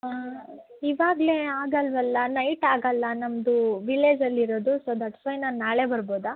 ಹಾಂ ಇವಾಗಲೇ ಆಗಲ್ಲವಲ್ಲ ನೈಟ್ ಆಗಲ್ಲ ನಮ್ಮದು ವಿಲೇಜಲ್ಲಿರೋದು ಸೊ ದಟ್ಸ್ ವೈ ನಾನು ನಾಳೆ ಬರ್ಬೋದಾ